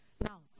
Now